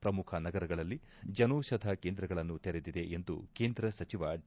ಪ್ರಮುಖ ನಗರಗಳಲ್ಲಿ ಜನೌಷಧ ಕೇಂದ್ರಗಳನ್ನು ತೆರೆದಿದೆ ಎಂದು ಕೇಂದ್ರ ಸಚಿವ ಡಿ